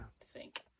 Sink